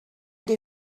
they